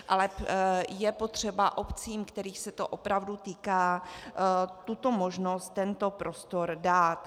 Ale je potřeba obcím, kterých se to opravdu týká, tuto možnost, tento prostor dát.